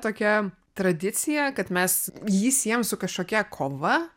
tokia tradicija kad mes jį siejam su kažkokia kova